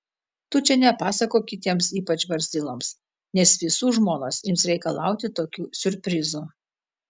tu čia nepasakok kitiems ypač barzdyloms nes visų žmonos ims reikalauti tokių siurprizų